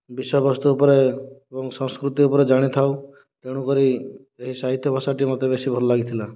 ବିଷୟବସ୍ତୁ ଉପରେ ଏବଂ ସଂସ୍କୃତି ଉପରେ ଜାଣିଥାଉ ତେଣୁକରି ଏହି ସାହିତ୍ୟ ଭାଷାଟି ମୋତେ ବେଶୀ ଭଲ ଲାଗିଥିଲା